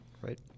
Right